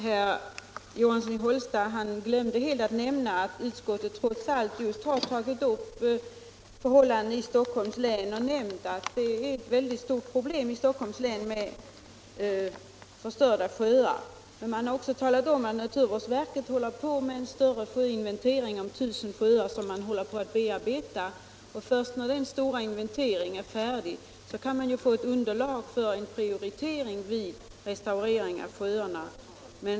Herr talman! Herr Johansson i Hållsta glömde helt att nämna att utskottet trots allt har tagit upp just förhållandena i Stockholms län och framhållit att förstörda sjöar är ett stort problem i länet. Man har också talat om att naturvårdsverket håller på att bearbeta en större sjöinventering av över 1000 sjöar. Först när den stora inventeringen är färdig finns ett underlag för en prioritering vid restaurering av sjöarna.